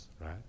right